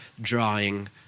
drawing